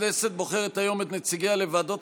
הכנסת בוחרת היום את נציגיה לוועדות